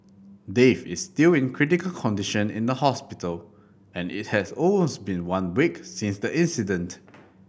Dave is still in critical condition in the hospital and it has almost been one week since the incident